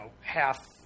half